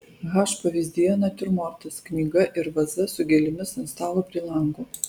h pavyzdyje natiurmortas knyga ir vaza su gėlėmis ant stalo prie lango